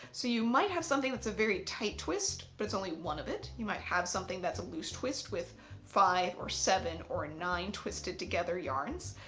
so you might have something that's a very tight twist but it's only one of it. you might have something that's a loose twist with five or seven or nine twisted together yarns.